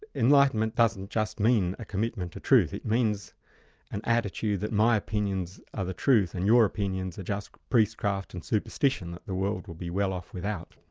enlightenment doesn't just mean a commitment to truth, it means an attitude that my opinions are the truth, and your opinions are just priestcraft and superstition that the world would be well off without.